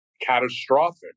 catastrophic